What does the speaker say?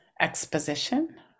exposition